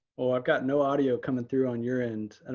i've got no audio coming through on your end. and